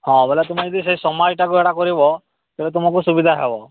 ହଁ ବୋଲେ ତୁମେ ଯଦି ସମାଜଟାକୁ ହେଟାକୁ କିଣିବ ତେବେ ତୁମକୁ ସୁବିଧା ହେବ